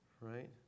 right